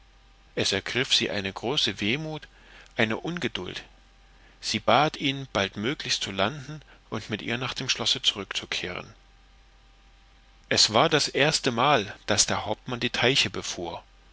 es ergriff sie eine große wehmut eine ungeduld sie bat ihn baldmöglichst zu landen und mit ihr nach dem schlosse zurückzukehren es war das erstemal daß der hauptmann die teiche befuhr